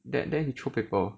then then he throw paper